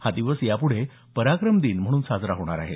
हा दिवस याप्ढे पराक्रम दिन म्हणून साजरा होणार आहे